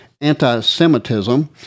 anti-Semitism